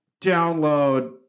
download